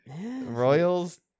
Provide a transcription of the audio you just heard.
Royals